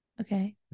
Okay